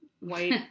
white